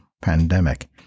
pandemic